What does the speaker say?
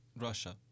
Russia